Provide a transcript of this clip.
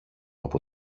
από